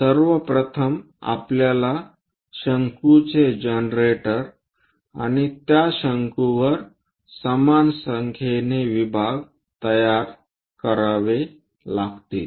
सर्वप्रथम आपल्याला शंकूचे जनरेटर आणि त्या शंकूवर समान संख्येने विभाग तयार करावे लागतील